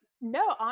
No